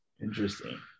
Interesting